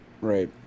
Right